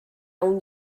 اون